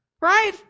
right